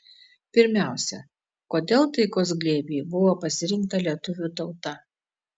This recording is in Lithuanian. pirmiausia kodėl taikos glėbiui buvo pasirinkta lietuvių tauta